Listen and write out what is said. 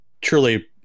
truly